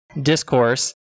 discourse